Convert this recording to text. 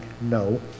no